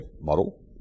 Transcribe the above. model